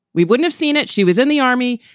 we wouldn't have seen it. she was in the army.